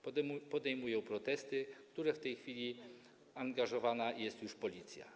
Podejmują protesty, w które w tej chwili angażowana jest już Policja.